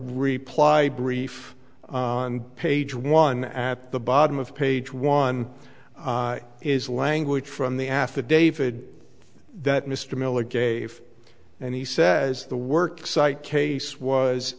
reply brief on page one at the bottom of page one is language from the affidavit that mr miller gave and he says the work site case was